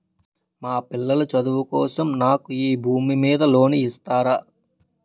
మా పిల్లల చదువు కోసం నాకు నా భూమి మీద లోన్ ఇస్తారా?